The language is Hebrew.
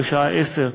בשעה 10:00,